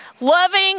Loving